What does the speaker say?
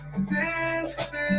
disappear